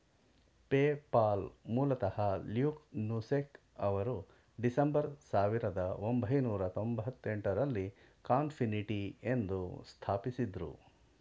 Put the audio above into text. PayPal ಮೂಲತಃ Luke Nosek ಅವರು December ಸಾವಿರದ ಒಂಬೈನೂರ ತೊಂಭತ್ತೆಂಟು ರಲ್ಲಿ ಕಾನ್ಫಿನಿಟಿ ಎಂದು ಸ್ಥಾಪಿಸಿದ್ದ್ರು